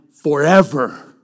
forever